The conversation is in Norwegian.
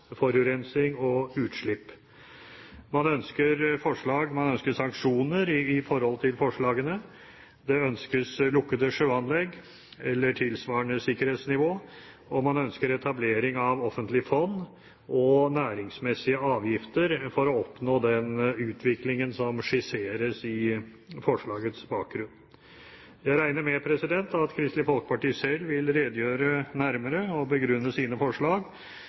forslagene. Det ønskes lukkede sjøanlegg eller tilsvarende sikkerhetsnivå, og man ønsker etablering av offentlige fond og næringsmessige avgifter for å oppnå den utviklingen som skisseres i forslagets bakgrunn. Jeg regner med at Kristelig Folkeparti selv vil redegjøre nærmere for og begrunne sine forslag,